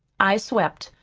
i swept,